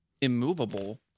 immovable